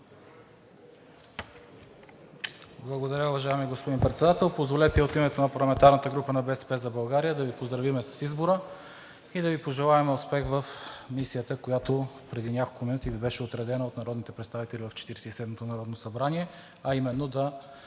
Благодаря, уважаеми господин Председател. Позволете и от името на парламентарната група на „БСП за България“ да Ви поздравим с избора и да Ви пожелаем успех в мисията, която преди няколко минути Ви бе отредена от народните представители в Четиридесет и седмото народно събрание, а именно да